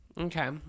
Okay